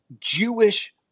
Jewish